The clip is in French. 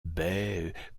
baies